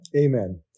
Amen